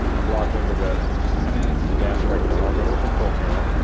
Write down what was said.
i'm logged into the nass right now. i'll go to the control panel